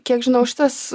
kiek žinau šitas